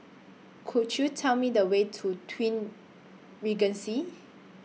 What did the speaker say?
Could YOU Tell Me The Way to Twin Regency